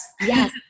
Yes